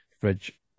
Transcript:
Fridge